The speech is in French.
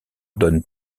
donne